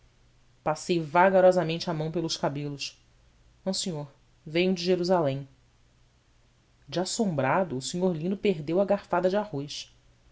passei vagarosamente a mão pelos cabelos não senhor venho de jerusalém de assombrado o senhor uno perdeu a garfada de arroz